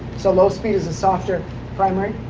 so low speed is the softer primary.